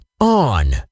on